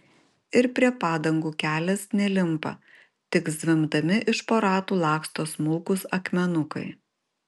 ir prie padangų kelias nelimpa tik zvimbdami iš po ratų laksto smulkūs akmenukai